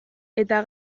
eta